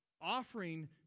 offering